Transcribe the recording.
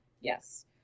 Yes